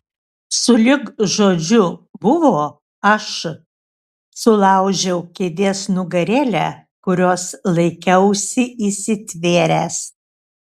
sulig žodžiu buvo aš sulaužiau kėdės nugarėlę kurios laikiausi įsitvėręs